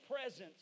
presence